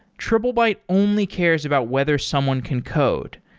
triplebyte only cares about whether someone can code.